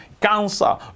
cancer